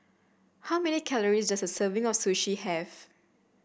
how many calories does a serving of Sushi have